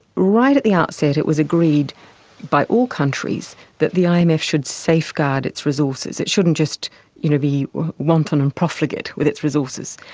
right at the outset it was agreed by all countries that the imf should safeguard its resources, it shouldn't just you know be wanton and profligate with its resources.